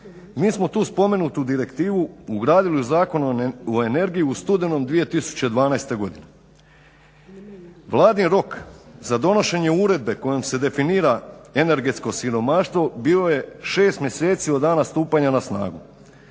Mi smo tu spomenutu direktivu ugradili u Zakon o energiji u studenom 2012. godine. Vladin rok za donošenje uredbe kojom se definira energetsko siromaštvo bilo je 6 mjeseci od dana stupanja na snagu.